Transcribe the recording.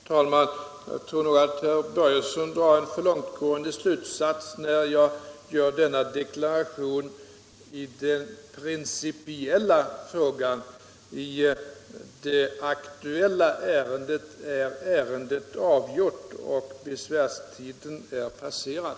Herr talman! Jag tror att herr Börjesson i Falköping drar en för långtgående slutsats av min deklaration i den principiella frågan. Det aktuella ärendet är avgjort, och besvärstiden är passerad.